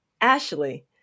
Ashley